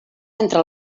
entre